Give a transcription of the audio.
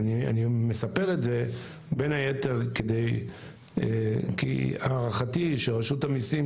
אני מספר את זה בין היתר כי הערכתי שרשות המיסים,